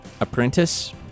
apprentice